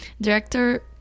Director